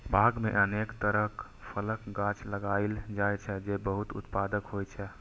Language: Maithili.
बाग मे अनेक तरहक फलक गाछ लगाएल जाइ छै, जे बहुत उत्पादक होइ छै